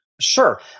Sure